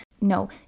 No